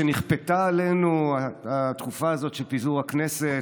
שנכפתה עלינו התקופה הזאת של פיזור הכנסת,